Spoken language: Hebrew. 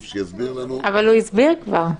שיסביר לנו שוב --- אבל הוא הסביר כבר.